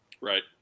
right